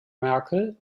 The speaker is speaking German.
merkel